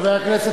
חבר הכנסת,